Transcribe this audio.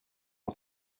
ont